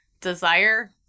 desire